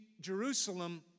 Jerusalem